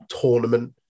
tournament